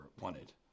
wanted